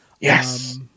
Yes